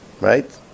Right